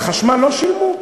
על החשמל לא שילמו,